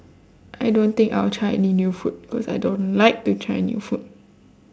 I don't think I'll try any new food cause I don't like to try new food